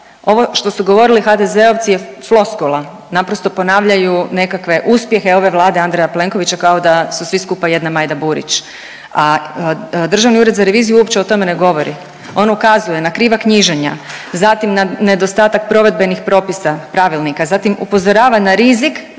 ovo što su govorili HDZ-ovci je floskula, naprosto ponavljaju nekakve uspjehe ove vlade Andreja Plenkovića kao da su svi skupa jedna Majda Burić, a Državni ured za reviziju uopće o tome ne govori. On ukazuje na kriva knjiženja, zatim na nedostatak provedbenih propisa, pravilnika, zatim upozorava na rizik